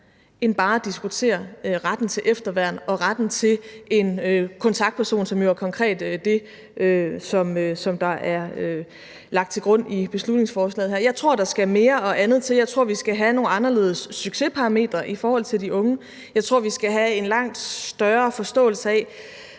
end bare at diskutere retten til efterværn og retten til en kontaktperson, som jo konkret er det, som er lagt til grund i beslutningsforslaget her. Jeg tror, at der skal mere og andet til; jeg tror, vi skal have nogle anderledes succesparametre i forhold til de unge; jeg tror, vi skal have en langt større forståelse af,